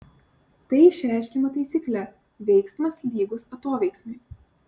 tai išreiškiama taisykle veiksmas lygus atoveiksmiui